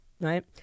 right